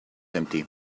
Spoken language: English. empty